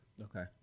Okay